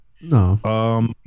No